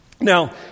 Now